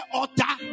order